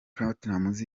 platinumz